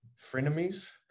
frenemies